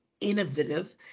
innovative